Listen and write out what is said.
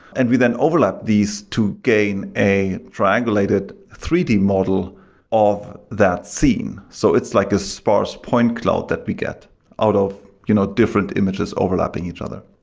and we then overlap these to gain a triangulated three d model of that scene. so it's like a sparse point cloud that we get out of you know different images overlapping each other.